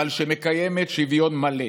אבל שמקיימת שוויון מלא,